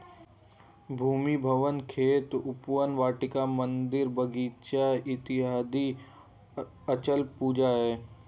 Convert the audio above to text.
भूमि, भवन, खेत, उपवन, वाटिका, मन्दिर, बगीचा इत्यादि अचल पूंजी है